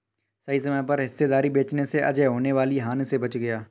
सही समय पर हिस्सेदारी बेचने से अजय होने वाली हानि से बच गया